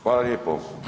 Hvala lijepa.